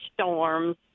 storms